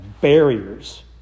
barriers